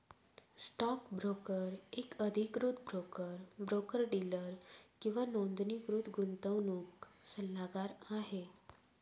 stock broker एक अधिकृत broker, broker dealer किंवा नोंदणीकृत गुंतवणूक सल्लागार आहे